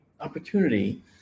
opportunity